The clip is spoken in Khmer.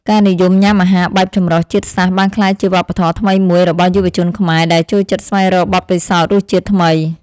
ការនិយមញ៉ាំអាហារបែបចម្រុះជាតិសាសន៍បានក្លាយជាវប្បធម៌ថ្មីមួយរបស់យុវជនខ្មែរដែលចូលចិត្តស្វែងរកបទពិសោធន៍រសជាតិថ្មី។